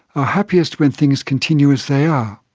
are happiest when things continue as they are.